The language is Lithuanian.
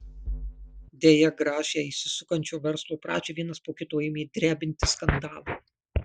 deja gražią įsisukančio verslo pradžią vienas po kito ėmė drebinti skandalai